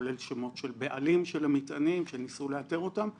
כולל שמות של בעלים של המטענים שניסו לאתר אותם.